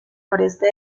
noroeste